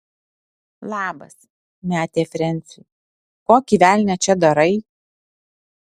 labas metė frensiui kokį velnią čia darai